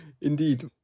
Indeed